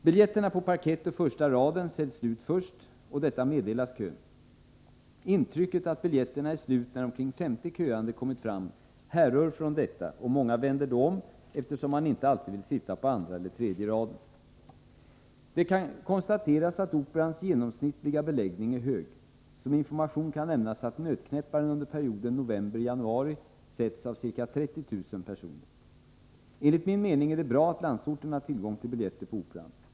Biljetterna på parkett och första raden säljs slut först och detta meddelas kön. Intrycket att biljetterna är slut när omkring 50 köande kommit fram härrör från detta, och många vänder då om eftersom man inte alltid vill sitta på andra eller tredje raden. Det kan konstateras att Operans genomsnittliga beläggning är hög. Som information kan nämnas att Nötknäpparen under perioden novemberjanuari setts av ca 30000 personer. Enligt min mening är det bra att landsorten har tillgång till biljetter på Operan.